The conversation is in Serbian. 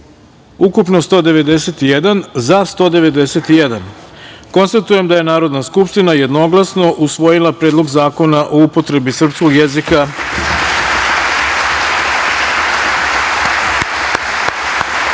ukupno – 191, za – 191.Konstatujem da je Narodna skupština jednoglasno usvojila Predlog zakona o upotrebi srpskog jezika